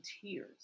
tears